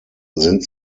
sind